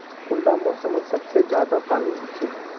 कुंडा मोसमोत सबसे ज्यादा पानी होचे?